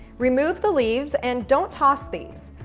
remove the leaves and don't toss these.